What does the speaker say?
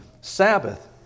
sabbath